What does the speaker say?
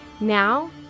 Now